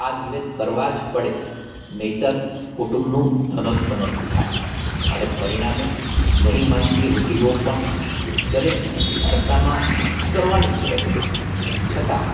આ નિવેધ કરવા જ પડે નહીંતર કુટુંબનું ઘનોત પનોત થાય અને પરિણામે નહીં માનતી રૂઢીઓ પણ દરેકને વારસામાં કરવાની જ રહી છતાં